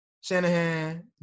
Shanahan